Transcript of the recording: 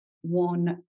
one